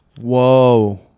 Whoa